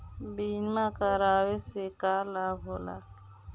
बीमा करावे से का लाभ होला?